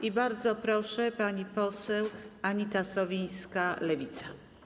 I bardzo proszę, pani poseł Anita Sowińska, Lewica.